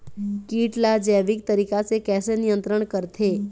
कीट ला जैविक तरीका से कैसे नियंत्रण करथे?